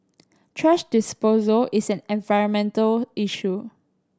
thrash disposal is an environmental issue